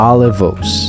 Olivos